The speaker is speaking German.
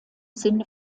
sinne